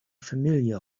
familiar